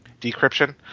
decryption